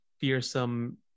fearsome